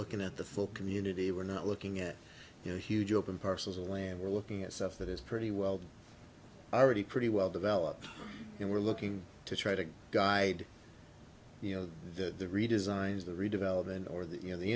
looking at the full community we're not looking at you know huge open parcels of land we're looking at stuff that is pretty well already pretty well developed and we're looking to try to guide you know the redesigns the redevelopment or that you know the